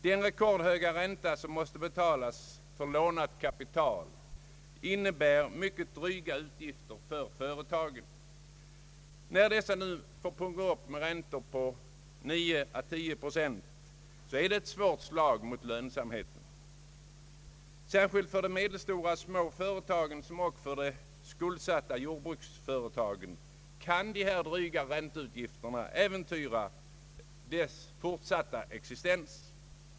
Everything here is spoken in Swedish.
Den rekordhöga ränta som måste betalas för lånat kapital innebär mycket dryga utgifter för företagen. När dessa får punga ut med räntor på 9 å 10 procent, är detta ett svårt slag mot lönsamheten. Särskilt för de medelstora och små företagen liksom för skuldsatta jordbruksföretag kan de dryga ränteutgifterna äventyra den fortsatta existensen.